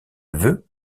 veut